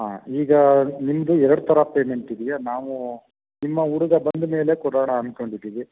ಹಾಂ ಈಗ ನಿಮ್ಮದು ಎರಡು ಥರ ಪೇಮೆಂಟ್ ಇದೆಯಾ ನಾವು ನಿಮ್ಮ ಹುಡುಗ ಬಂದಮೇಲೆ ಕೊಡೋಣ ಅನ್ಕೊಂಡಿದೀವಿ